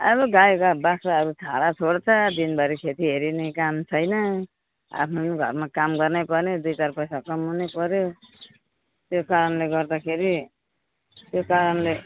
अब गाई र बाख्राहरू छाडा छोड्छ दिनभरि खेती हेरिने काम छैन आफ्नो नि घरमा काम गर्नै पऱ्यो दुई चार पैसा कमाउनै पऱ्यो त्यो कारणले गर्दाखेरि त्यो कारणले